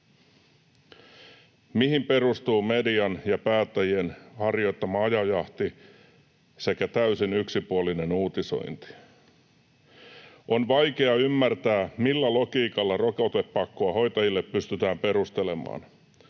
Mihin perustuu median ja päättäjien harjoittama ajojahti sekä täysin yksipuolinen uutisointi? On vaikea ymmärtää, millä logiikalla rokotepakkoa hoitajille pystytään perustelemaan.